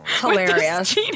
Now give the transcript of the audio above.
Hilarious